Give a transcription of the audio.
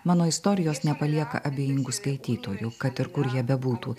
mano istorijos nepalieka abejingų skaitytojų kad ir kur jie bebūtų